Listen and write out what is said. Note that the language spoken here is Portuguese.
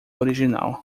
original